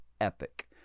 epic